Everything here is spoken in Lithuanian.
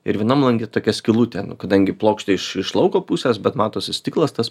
ir vienam lange tokia skylutė kadangi plokštė iš iš lauko pusės bet matosi stiklas tas